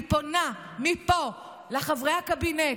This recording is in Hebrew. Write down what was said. אני פונה מפה לחברי הקבינט,